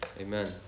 Amen